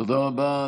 תודה רבה.